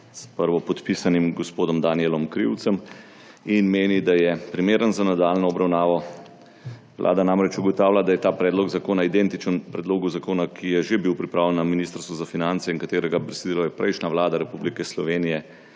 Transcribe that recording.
s prvopodpisanim gospodom Danijelom Krivcem, in meni, da je primeren za nadaljnjo obravnavo. Vlada namreč ugotavlja, da je ta predlog zakona identičen predlogu zakona, ki je že bil pripravljen na Ministrstvu za finance in katerega besedilo je prejšnja vlada Republike Slovenije